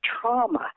trauma